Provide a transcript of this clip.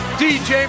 dj